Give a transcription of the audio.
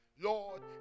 Lord